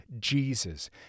Jesus